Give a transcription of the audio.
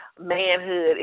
manhood